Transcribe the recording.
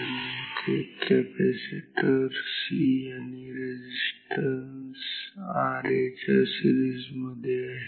इथे एक capacitor C resistance Ra च्या सिरीज मध्ये आहे